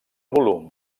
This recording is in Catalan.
volum